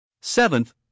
Seventh